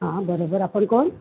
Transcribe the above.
हां बरोबर आपण कोण